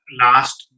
last